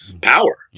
power